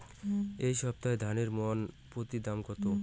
এই সপ্তাহে ধানের মন প্রতি দাম কত?